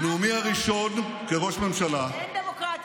בנאומי הראשון כראש ממשלה, אין דמוקרטיה בישראל.